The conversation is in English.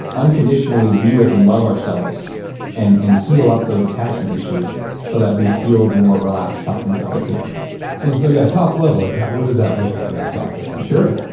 unconditionally be with and love ourselves and and heal up those attachment issues so that we feel more relaxed talking to other people well so yeah, top level like what does that look like, that process? sure.